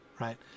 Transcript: Right